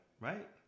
right